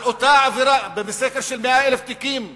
על אותה עבירה, בסקר של 100,000 תיקים פליליים,